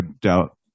doubt